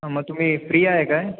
हां मग तुम्ही फ्री आहे काय